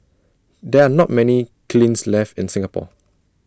there are not many kilns left in Singapore